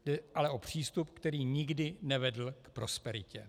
Jde ale o přístup, který nikdy nevedl k prosperitě.